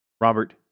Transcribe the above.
Robert